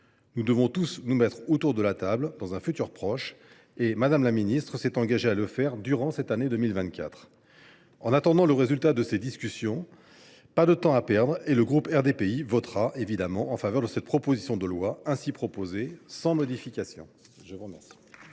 Nous devrons tous nous mettre autour de la table dans un avenir proche, et Mme la ministre s’est engagée à le faire durant cette année 2024. En attendant le résultat de ces discussions, nous n’avons pas de temps à perdre. Aussi, le groupe RDPI votera en faveur de cette proposition de loi sans modification.